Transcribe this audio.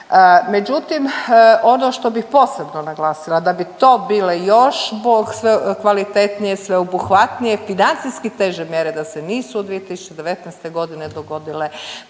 Međutim, ono što bih posebno naglasila, da bi to bile još kvalitetnije, sveobuhvatnije, financijski teže mjere da se nisu 2019. g. dogodile